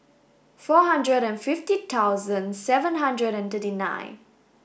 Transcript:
four hundred and fifty thousand seven hundred and thirty nine